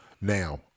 now